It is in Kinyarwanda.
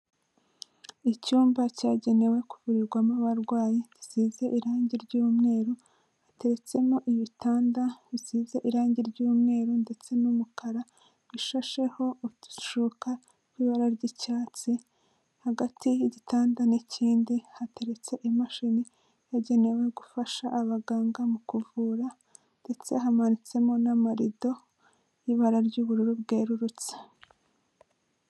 Icyumba cyagenewe kuvurirwamo abarwayi gisize irangi ry'umweru, hateretsemo ibitanda bisize irangi ry'umweru ndetse n'umukara, bishasheho udushuka turi mu ibara ry'icyatsi, hagati y'igitanda n'ikindi hateretse imashini yagenewe gufasha abaganga mu kuvura ,ndetse hamanitsemo n'amarido y'ibara ry'ubururu bwerurutse.